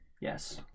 Yes